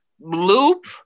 Loop